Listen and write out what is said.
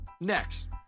Next